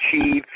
achieve